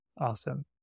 Awesome